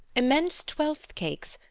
immense twelfth-cakes,